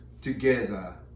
together